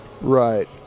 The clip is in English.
Right